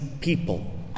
people